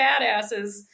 badasses